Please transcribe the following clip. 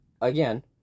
again